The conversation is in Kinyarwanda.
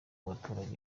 baturage